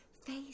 face